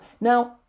Now